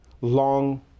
long